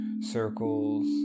circles